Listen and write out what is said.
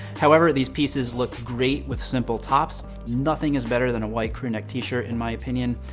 however, these pieces look great with simple tops. nothing is better than a white crew neck t-shirt, in my opinion.